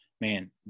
man